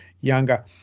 younger